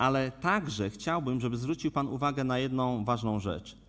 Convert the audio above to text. Ale także chciałbym, żeby zwrócił pan uwagę na jedną ważną rzecz.